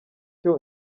cyo